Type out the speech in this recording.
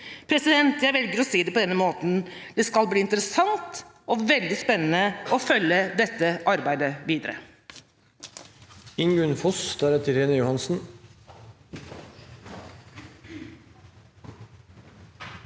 det. Jeg velger å si det på denne måten: Det skal bli interessant og veldig spennende å følge dette arbeidet videre.